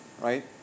right